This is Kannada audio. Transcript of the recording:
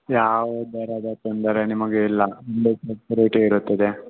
ಯಾವ ದರ ಬೇಕೆಂದರೆ ನಿಮಗೆ ಇಲ್ಲ ರೇಟೇ ಇರುತ್ತದೆ